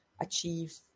achieve